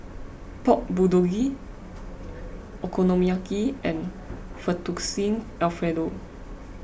Pork Bulgogi Okonomiyaki and Fettuccine Alfredo